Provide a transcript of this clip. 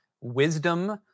wisdom